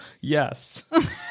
Yes